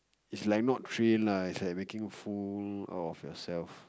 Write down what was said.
is like not train like lah is like making full out of yourself